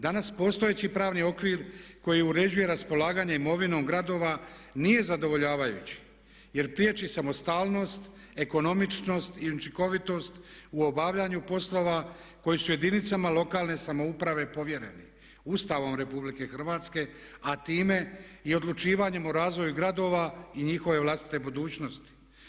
Danas postojeći pravni okvir koji uređuje raspolaganje imovinom gradova nije zadovoljavajući jer priječi samostalnost, ekonomičnost i učinkovitost u obavljanju poslova koji su jedinicama lokalne samouprave povjereni Ustavom RH, a time i odlučivanjem o razvoju gradova i njihove vlastite budućnosti.